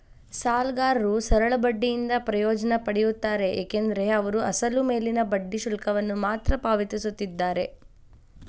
ಸಾಲಗಾರರು ಸರಳ ಬಡ್ಡಿಯಿಂದ ಪ್ರಯೋಜನ ಪಡೆಯುತ್ತಾರೆ ಏಕೆಂದರೆ ಅವರು ಅಸಲು ಮೇಲಿನ ಬಡ್ಡಿ ಶುಲ್ಕವನ್ನು ಮಾತ್ರ ಪಾವತಿಸುತ್ತಿದ್ದಾರೆ